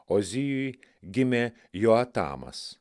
ozijui gimė joatamas